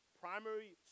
primary